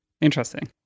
Interesting